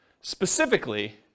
specifically